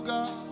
God